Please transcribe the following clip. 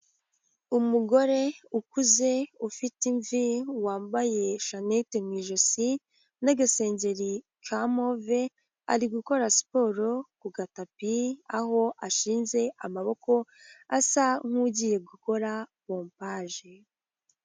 Umugore ukuze ufite imvi wambaye ahanete mu ijosi n'agasengeri ka move, ari gukora siporo ku gatapi aho ashinze amaboko asa nk'ugiye gukora pompaje.